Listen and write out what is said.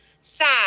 sad